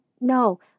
No